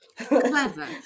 Clever